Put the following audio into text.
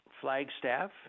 Flagstaff